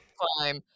climb